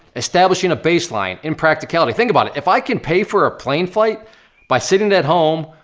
establishing a baseline, in practicality. think about it if i can pay for a plane flight by sitting at home,